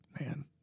Man